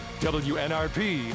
WNRP